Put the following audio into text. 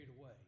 away